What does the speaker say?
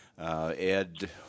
Ed